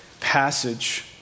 passage